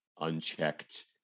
unchecked